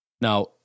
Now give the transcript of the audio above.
Now